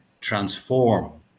transform